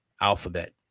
alphabet